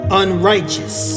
unrighteous